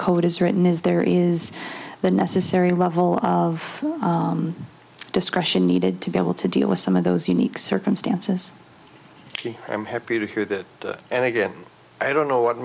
code is written is there is the necessary level of discretion needed to be able to deal with some of those unique circumstances i'm happy to hear that and again i don't know what